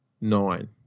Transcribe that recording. nine